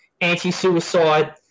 anti-suicide